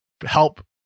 help